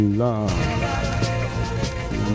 love